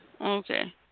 Okay